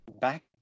back